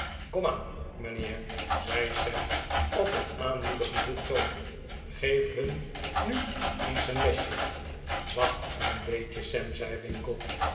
komaan mijnheer zei sam op een aanmoedigenden toon geef hun nu eens een lesje wacht een beetje sam zei winkle